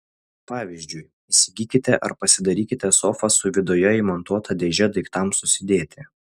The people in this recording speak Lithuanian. pavyzdžiui įsigykite ar pasidarykite sofą su viduje įmontuota dėže daiktams susidėti